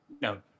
No